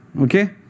Okay